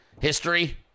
history